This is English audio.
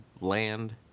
land